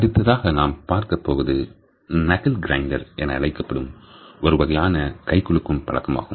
அடுத்ததாக நாம் பார்க்கப் போவது நக்குல் கிரைண்டர் என அழைக்கப்படும் ஒருவகையான கைகுலுக்கும் பழக்கமாகும்